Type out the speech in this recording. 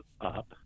up